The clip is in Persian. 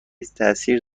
تاثیر